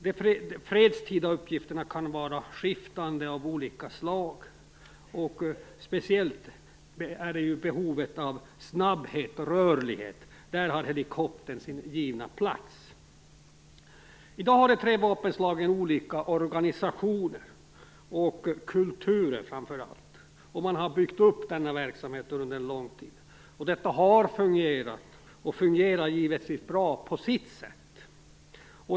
De fredstida uppgifterna kan vara skiftande och av olika slag. Speciellt vid behov av snabbhet och rörlighet har helikoptern sin givna plats. I dag har de tre vapenslagen olika organisationer och framför allt kulturer. Man har byggt upp verksamheten under en lång tid. Detta har fungerat. Det fungerar givetvis bra på sitt sätt.